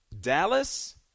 Dallas